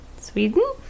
Sweden